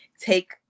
take